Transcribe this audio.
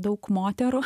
daug moterų